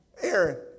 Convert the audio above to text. Aaron